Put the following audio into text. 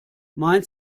mein